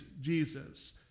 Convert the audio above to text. Jesus